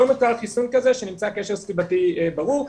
לא נותר חיסון כזה שנמצא קשר סיבתי ברור,